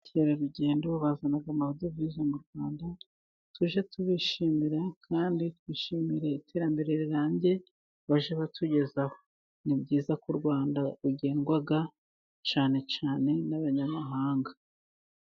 Abakerarugendo bazana amadovize mu rwanda, tujye tubishimira kandi twishimire iterambere rirambye bajya batugezaho ni byiza yiza ku rwanda rugendwa cyane cyane n'abanyamahanga.